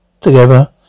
together